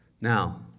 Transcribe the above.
Now